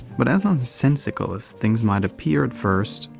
but as nonsensical as things might appear at first,